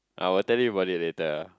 I will tell you about it later ah